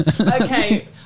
Okay